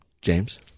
James